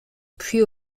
puis